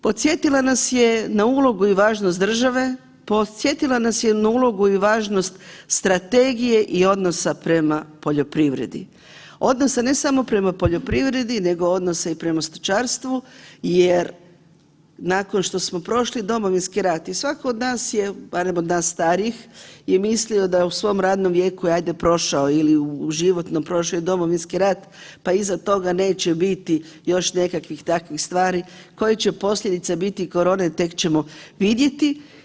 Podsjetila nas je na ulogu i važnost države, podsjetila nas je na ulogu i važnost strategije i odnosa prema poljoprivredi odnosa ne samo prema poljoprivredi nego odnose i prema stočarstvu jer nakon što smo prošli Domovinski rat i svatko od nas je barem od nas starijih je mislio da je u svom radnom vijeku je ajde prošao je Domovinski rat pa iza toga neće biti još nekih takvih stvari koje će posljedice biti korone tek ćemo vidjeti.